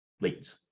leads